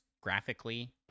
graphically